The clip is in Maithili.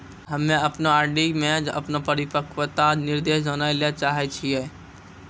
हम्मे अपनो आर.डी मे अपनो परिपक्वता निर्देश जानै ले चाहै छियै